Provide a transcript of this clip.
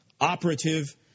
operative